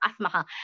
Asmaha